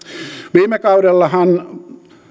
viime kaudellahan